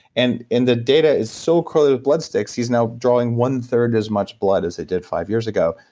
and and the data is so kind of blood sticks, he's now drawing one third as much blood as he did five years ago.